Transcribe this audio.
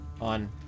on